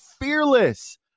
fearless